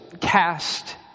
cast